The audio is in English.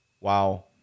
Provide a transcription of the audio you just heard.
wow